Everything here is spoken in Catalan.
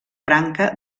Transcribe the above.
branca